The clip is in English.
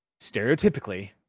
stereotypically